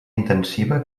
intensiva